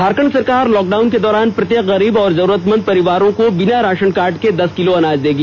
झारखण्ड सरकार लॉकडाउन के दौरान प्रत्येक गरीब और जरूरतमंद परिवार को बिना राशन कार्ड के दस किलो अनाज देगी